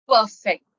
Perfect